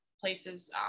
places